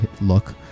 look